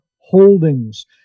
holdings